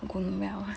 going well ah